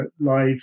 live